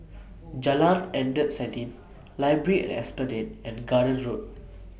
Jalan Endut Senin Library At Esplanade and Garden Road